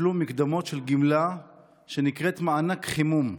תשלום מקדמות של גמלה שנקראת "מענק חימום".